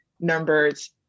numbers